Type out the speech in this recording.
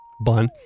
bun